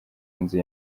inzu